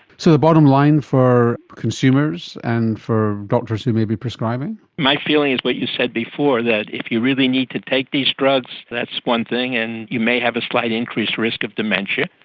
so the bottom line for consumers and for doctors who may be prescribing? my feeling is what you said before, that if you really need to take these drugs, that's one thing and you may have a slight increased risk of dementia,